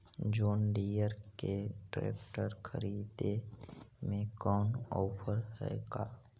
जोन Deere के ट्रेकटर खरिदे में कोई औफर है का?